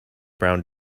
brown